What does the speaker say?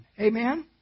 Amen